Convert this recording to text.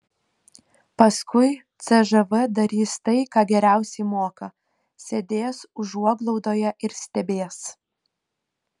paskui cžv darys tai ką geriausiai moka sėdės užuoglaudoje ir stebės